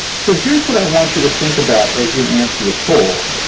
so here's what i want you to think about as you answer the poll.